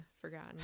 forgotten